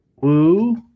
Woo